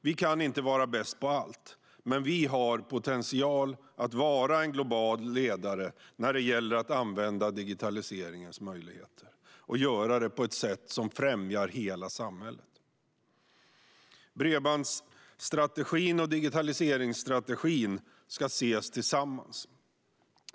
Vi kan inte vara bäst på allt, men vi har potential att vara en global ledare när det gäller att använda digitaliseringens möjligheter och göra det på ett sätt som främjar hela samhället. Bredbandsstrategin och digitaliseringsstrategin ska ses tillsammans.